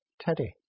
Teddy